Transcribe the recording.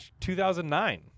2009